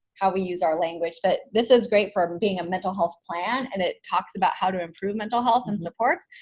how we use our language that this is great for being a mental health plan, and it talks about how to improve mental health and supports,